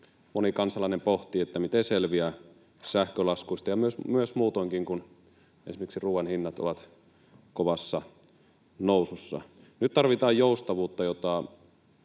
Moni kansalainen pohtii, miten selviää sähkölaskuista ja myös muutoinkin, kun esimerkiksi ruoan hinnat ovat kovassa nousussa. Nyt tarvitaan joustavuutta, jota